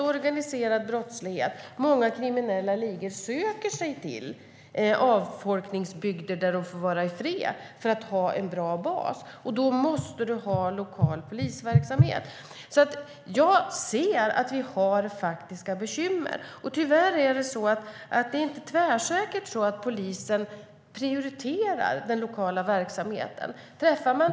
Organiserad brottslighet och många kriminella ligor söker sig till avfolkningsbygder, där de får vara i fred för att skapa en bra bas. Då måste det finnas lokal polisverksamhet. Jag ser faktiska bekymmer. Tyvärr är det inte tvärsäkert så att polisen prioriterar den lokala verksamheten.